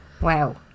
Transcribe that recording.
Wow